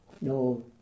no